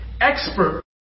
expert